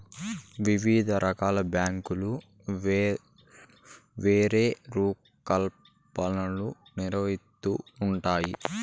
వివిధ రకాల బ్యాంకులు వేర్వేరు కార్యకలాపాలను నిర్వహిత్తూ ఉంటాయి